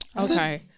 okay